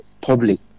public